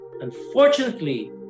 Unfortunately